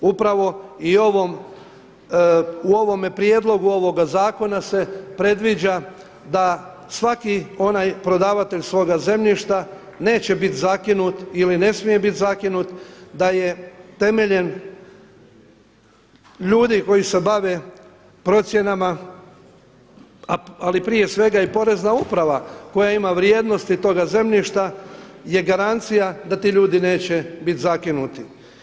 Upravo i u ovome prijedlogu ovoga zakona se predviđa da svaki onaj prodavatelj svoga zemljišta neće biti zakinut ili ne smije biti zakinut da je temeljem ljudi koji se bave procjenama, ali prije svega i Porezna uprava koja ima vrijednosti toga zemljišta je garancija da ti ljudi neće biti zakinuti.